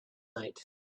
night